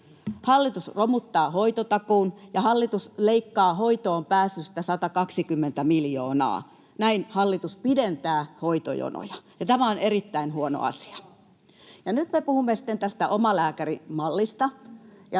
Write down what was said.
Hallitus romuttaa hoitotakuun, ja hallitus leikkaa hoitoonpääsystä 120 miljoonaa. Näin hallitus pidentää hoitojonoja, ja tämä on erittäin huono asia. [Vasemmalta: Leikkaa!] Nyt me puhumme sitten tästä omalääkärimallista,